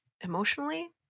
emotionally